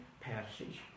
passage